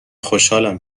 خوشحالم